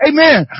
Amen